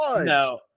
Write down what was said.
No